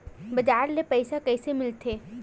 बजार ले पईसा कइसे मिलथे?